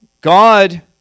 God